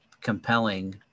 compelling